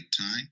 time